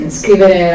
scrivere